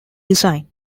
design